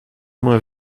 uma